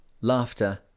laughter